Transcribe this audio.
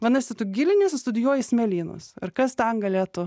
vadinasi tu giliniesi studijuoji smėlynus ir kas ten galėtų